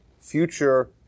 future